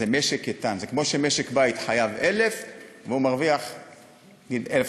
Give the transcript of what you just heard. כמו שמשק בית חייב 1,000 והוא מרוויח 1,500,